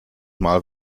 mal